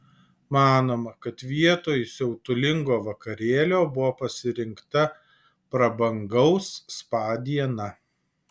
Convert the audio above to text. manoma kad vietoj siautulingo vakarėlio buvo pasirinkta prabangaus spa diena